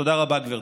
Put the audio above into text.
תודה רבה, גברתי.